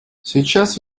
сейчас